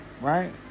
right